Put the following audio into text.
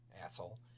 asshole